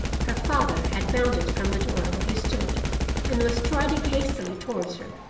her father had bounded from the door where he stood and was striding hastily towards her.